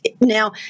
now